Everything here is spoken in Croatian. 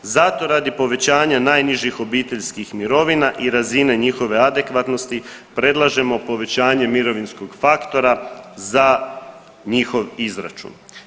Zato radi povećanja najnižih obiteljskih mirovina i razine njihove adekvatnosti predlažemo povećanje mirovinskog faktora za njihov izračun.